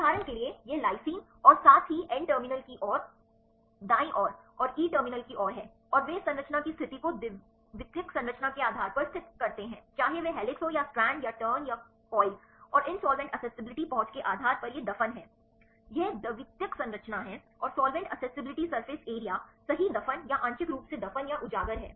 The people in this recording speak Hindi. उदाहरण के लिए यह लाइसिन और साथ ही एन टर्मिनल की ओर दाईं ओर और ई टर्मिनल की ओर है और वे इस संरचना की स्थिति को द्वितीयक संरचना के आधार पर स्थित करते हैं चाहे वह हेलिक्स हो या स्ट्रैंड या टर्न या कुंडल और इन सॉल्वेंट एक्सेसिबिलिटी पहुंच के आधार पर यह दफन है यह द्वितीयक संरचना है और सॉल्वेंट एक्सेसिबिलिटी सरफेस एरिया सही दफन या आंशिक रूप से दफन या उजागर है